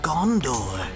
Gondor